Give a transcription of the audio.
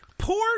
Poor